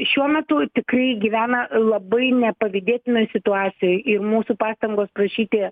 šiuo metu tikrai gyvena labai nepavydėtinoj situacijoj ir mūsų pastangos prašyti